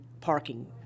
parking